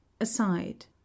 aside